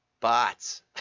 bots